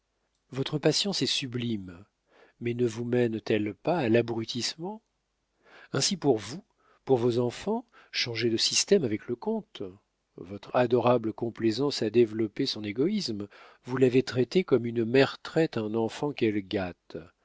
votre patience est sublime mais ne vous mène t elle pas à l'abrutissement ainsi pour vous pour vos enfants changez de système avec le comte votre adorable complaisance a développé son égoïsme vous l'avez traité comme une mère traite un enfant qu'elle gâte